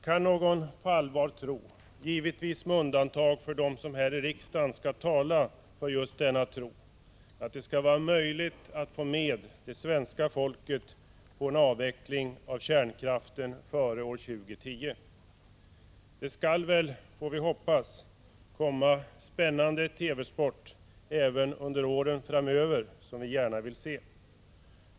Kan någon på allvar tro — givetvis med undantag för dem som här i riksdagen skall tala för just en sådan tro — att det skall vara möjligt att få med det svenska folket på en avveckling av kärnkraften före år 2010? Det skall väl — får vi hoppas - komma spännande TV-sport även under åren framöver, som vi gärna vill se.